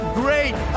great